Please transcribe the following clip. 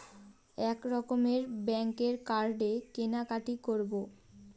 এক রকমের ব্যাঙ্কের কার্ডে কেনাকাটি করব